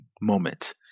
moment